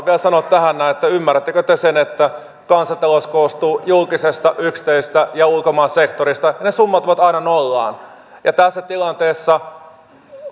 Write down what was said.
vielä sanoa tähän näin että ymmärrättekö te sen että kansantalous koostuu julkisesta yksityisestä ja ulkomaan sektorista ja ne summautuvat aina nollaan ja tässä tilanteessa